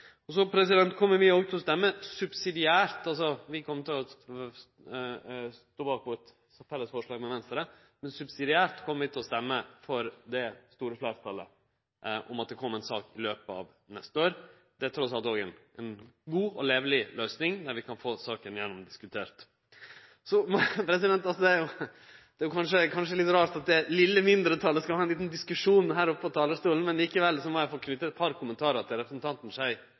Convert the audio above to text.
Vi og Venstre står bak eit felles forslag, men subsidiært kjem vi til å stemme for det det er stort fleirtal for, nemleg at det kjem ei sak i løpet av neste år. Det er trass i alt òg ei god løysing, som gjer at vi kan få gjennomdiskutert saka. Det er kanskje litt rart at det litle mindretalet skal ha ein liten diskusjon her oppe på talarstolen, men likevel må eg få knyte eit par kommentarar til representanten